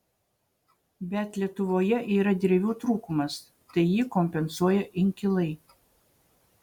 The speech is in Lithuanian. bet lietuvoje yra drevių trūkumas tai jį kompensuoja inkilai